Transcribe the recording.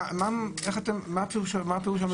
מה פירוש המילים להימנע?